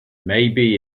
maybe